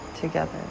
together